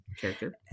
character